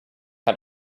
how